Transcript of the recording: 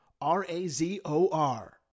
R-A-Z-O-R